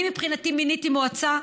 אני, מבחינתי, מיניתי מועצה,